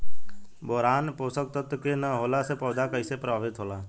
Boron पोषक तत्व के न होला से पौधा कईसे प्रभावित होला?